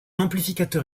amplificateur